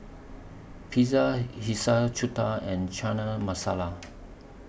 Pizza Hiyashi Chuka and Chana Masala